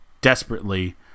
desperately